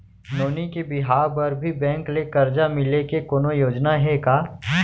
नोनी के बिहाव बर भी बैंक ले करजा मिले के कोनो योजना हे का?